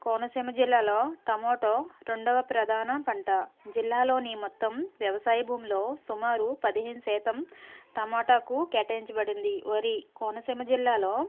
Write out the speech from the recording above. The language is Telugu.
కోనసీమ జిల్లాలో టమోటా రెండొవ ప్రధాన పంట జిల్లాలోని మొత్తం వ్యవసాయ భూమిలో సుమారు పదహైదు శాతం టమోటాకు కేటాయించబడింది వరి కోనసీమ జిల్లాలో